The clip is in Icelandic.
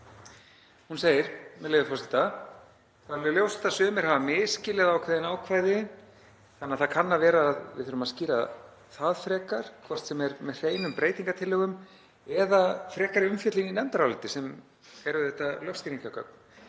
Hún segir, með leyfi forseta: „Það er alveg ljóst að sumir hafa misskilið ákveðin ákvæði, þannig að það kann að vera að við þurfum að skýra það frekar, hvort sem er með hreinum breytingartillögum eða frekari umfjöllun í nefndaráliti, sem eru auðvitað lögskýringargögn.